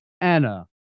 Anna